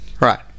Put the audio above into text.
Right